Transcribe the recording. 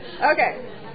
Okay